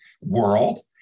world